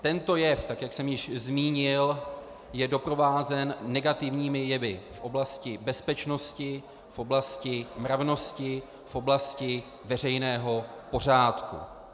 Tento jev, jak jsem již zmínil, je doprovázen negativními jevy v oblasti bezpečnosti, v oblasti mravnosti, v oblasti veřejného pořádku.